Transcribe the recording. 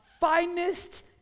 finest